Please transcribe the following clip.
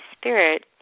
Spirit